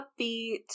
upbeat